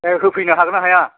ए होफैनो हागोन ना हाया